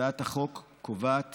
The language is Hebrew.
הצעת החוק קובעת